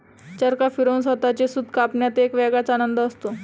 चरखा फिरवून स्वतःचे सूत कापण्यात एक वेगळाच आनंद असतो